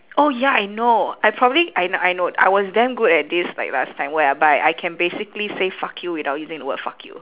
oh ya I know I probably I kn~ I know I was damn good at this like last time when I bi I can basically say fuck you without using the word fuck you